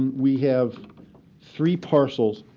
we have three parcels